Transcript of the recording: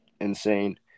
insane